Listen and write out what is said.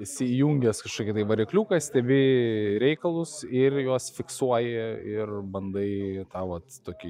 įsijungęs kažkokį tai varikliuką stebi reikalus ir juos fiksuoji ir bandai tą vat tokį